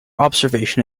observation